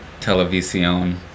Televisión